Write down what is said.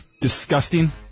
disgusting